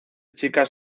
chicas